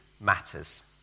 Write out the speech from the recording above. matters